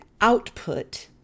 output